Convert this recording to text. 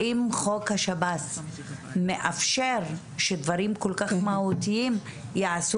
האם חוק השב"ס מאפשר שדברים כל כך מהותיים ייעשו